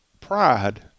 pride